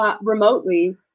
remotely